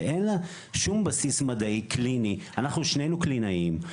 שאין לה שום בסיס מדעי קליני אנחנו שנינו קלינאים,